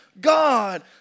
God